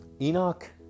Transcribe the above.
Enoch